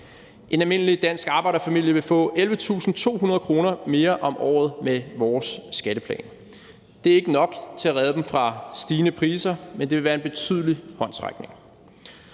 En almindelig dansk arbejderfamilie vil få 11.200 kr. mere om året med vores skatteplan. Det er ikke nok til at redde dem fra stigende priser, men det vil være en betydelig håndsrækning.